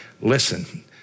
Listen